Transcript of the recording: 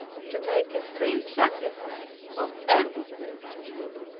and to make a free sacrifice of everything to him.